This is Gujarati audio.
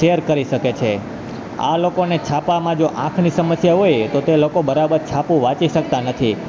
શેર કરી શકે છે આ લોકોને છાપામાં જો આંખની સમસ્યા હોય તો તે લોકો બરાબર છાપું વાંચી શકતા નથી